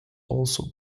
also